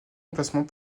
emplacement